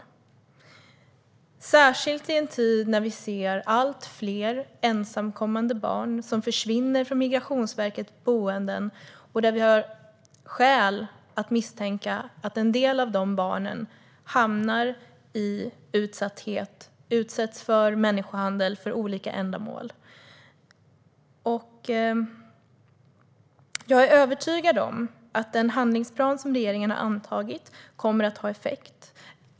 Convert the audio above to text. Det gäller särskilt i en tid när vi ser allt fler ensamkommande barn som försvinner från Migrationsverkets boenden och där det finns skäl att misstänka att en del av dessa barn hamnar i utsatthet och utsätts för människohandel för olika ändamål. Jag är övertygad om att den handlingsplan som regeringen har antagit kommer att ha effekt.